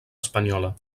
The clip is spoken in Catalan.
espanyola